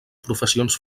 professions